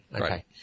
okay